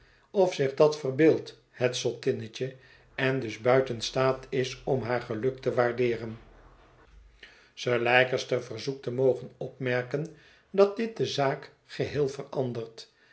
of zich dat verbeeldt het zottinnetje en dus buiten staat is om haar geluk te waardeeren sir leicester verzoekt te mogen opmerken dat dit de zaak geheel verandert